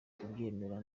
kubyemera